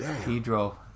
pedro